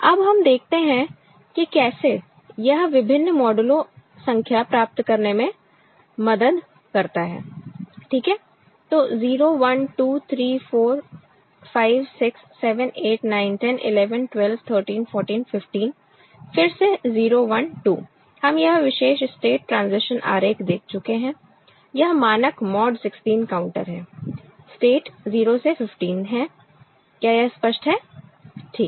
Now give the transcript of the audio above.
अब हम देखते हैं कि कैसे यह विभिन्न मॉडूलो संख्या प्राप्त करने में मदद करता है ठीक है तो 0 1 2 3 4 5 6 7 8 9 10 11 12 13 14 15 फिर से 0 1 2 हम यह विशेष स्टेट ट्रांज़िशन आरेख देख चुके हैं यह मानक मॉड 16 काउंटर है स्टेट 0 से 15 हैं क्या यह स्पष्ट है ठीक